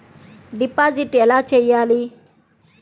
Deposit ఎలా చెయ్యాలి?